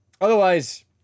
otherwise